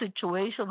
situation